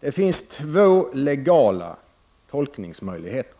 Det finns två legala tolkningsmöjligheter.